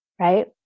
right